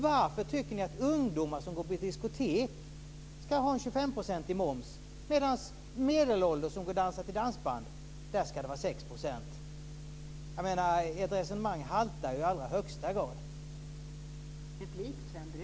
Varför tycker ni att ungdomar som går på diskotek ska ha 25 % i moms medan medelålders som går och dansar till dansband ska betala 6 %? Ert resonemang haltar i allra högsta grad.